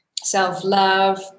self-love